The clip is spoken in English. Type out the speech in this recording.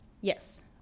Yes